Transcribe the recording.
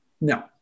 No